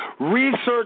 Research